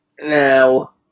Now